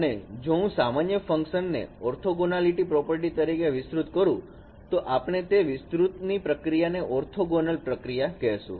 અને જો હું સામાન્ય ફંકશન ને ઓર્થોગોનાલીટી પ્રોપર્ટી તરીકે વિસ્તૃત કરું તો આપણે તે વિસ્તૃત ની પ્રક્રિયા ને ઓર્થોગોનલ પ્રક્રિયા કહેશું